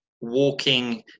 walking